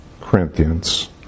Corinthians